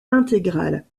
intégrale